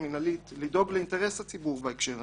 המנהלית לדאוג לאינטרס הציבור בהקשר הזה.